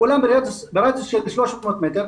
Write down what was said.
כולם ברדיוס של 300 מטר.